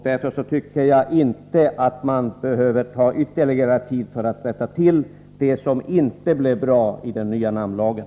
Därför tycker jag inte att man behöver vänta ytterligare för att rätta till det som inte blev bra i den nya namnlagen.